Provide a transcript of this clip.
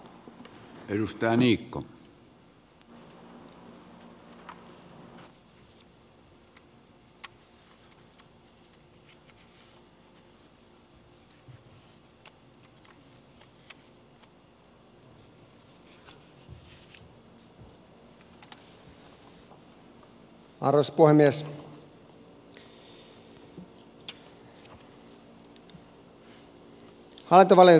arvoisa puhemies